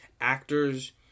actors